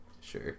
Sure